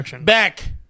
back